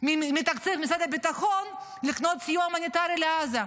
מתקציב משרד הביטחון לקנות סיוע הומניטרי לעזה,